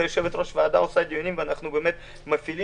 יושבת-ראש הוועדה עורכת דיונים ואנחנו באמת מפעילים.